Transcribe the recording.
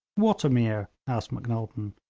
what ameer asked macnaghten.